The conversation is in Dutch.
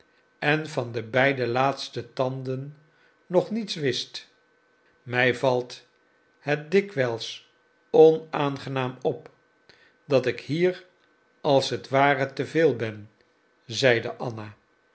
en van de beide laatste tanden nog niets wist mij valt het dikwijls onaangenaam op dat ik hier als het ware te veel ben zeide anna